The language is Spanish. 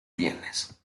bienes